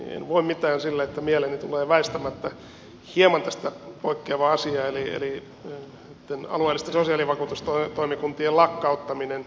en voi mitään sille että mieleeni tulee väistämättä hieman tästä poikkeava asia eli alueellisten sosiaalivakuutustoimikuntien lakkauttaminen